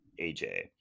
AJ